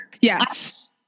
Yes